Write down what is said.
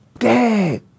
Dad